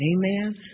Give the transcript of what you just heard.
Amen